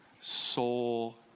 soul